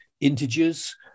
integers